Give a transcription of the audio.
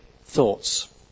thoughts